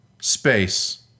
Space